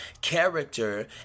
character